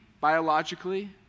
biologically